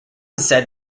said